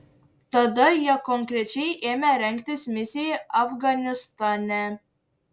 tada ji konkrečiai ėmė rengtis misijai afganistane